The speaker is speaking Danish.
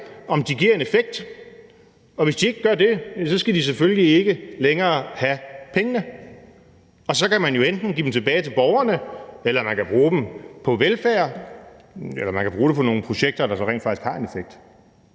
her, giver en effekt. Og hvis de ikke gør det, skal modtagerne selvfølgelig ikke længere have pengene. Så kan man jo enten give dem tilbage til borgerne, eller man kan bruge dem på velfærd, eller man kan bruge dem på nogle projekter, som rent faktisk har en effekt.